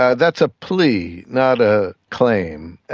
ah that's a plea, not a claim.